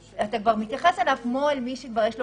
ואתה מתייחס אליו כאל מישהו שיש לו